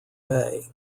bay